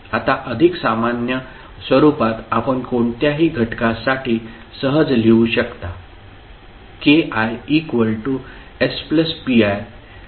आता अधिक सामान्य स्वरूपात आपण कोणत्याही घटकासाठी सहज लिहू शकता